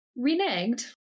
reneged